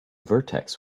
vertex